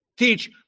teach